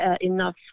enough